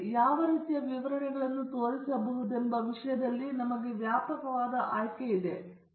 ನಾವು ಯಾವ ರೀತಿಯ ವಿವರಣೆಗಳನ್ನು ತೋರಿಸಬಹುದೆಂಬ ವಿಷಯದಲ್ಲಿ ನಮಗೆ ವ್ಯಾಪಕವಾದ ಆಯ್ಕೆಯಿದೆ ಎಂದು ನಾನು ನಿಮಗೆ ಹೇಳಿದನು